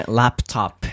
laptop